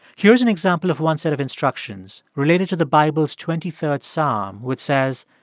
here's an example of one set of instructions related to the bible's twenty third psalm, which says,